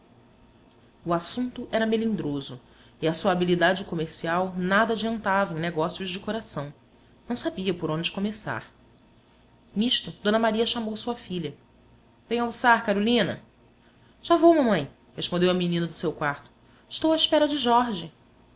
o assunto era melindroso e a sua habilidade comercial nada adiantava em negócios de coração não sabia por onde começar nisto d maria chamou sua filha vem almoçar carolina já vou mamãe respondeu a menina do seu quarto estou à espera de jorge